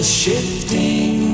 shifting